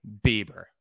Bieber